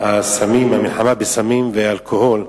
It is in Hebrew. למלחמה בסמים ובאלכוהול.